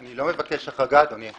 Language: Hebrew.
אני לא מבקש החרגה, אדוני.